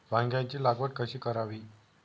वांग्यांची लागवड कशी करावी?